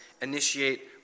initiate